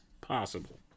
possible